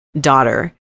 daughter